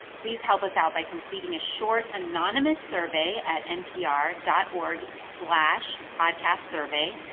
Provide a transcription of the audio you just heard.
please help us out by completing a short anonymous survey at npr dot org slash podcastsurvey.